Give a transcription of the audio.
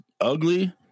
ugly